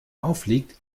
auffliegt